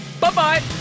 Bye-bye